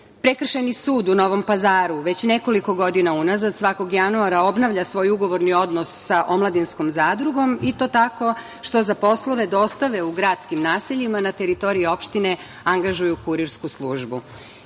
Prekršajni sud u Novom Pazaru već nekoliko godina unazad svakog januara obnavlja svoj ugovorni odnos sa Omladinskom zadrugom i to tako što za poslove dostave u gradskim naseljima na teritoriji opštine angažuju kurirsku službu.